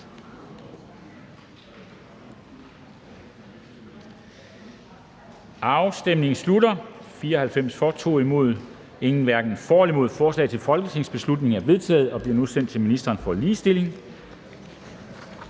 stemte 2 (LA), hverken for eller imod stemte 0. Forslaget til folketingsbeslutning er vedtaget og bliver nu sendt til ministeren for ligestilling.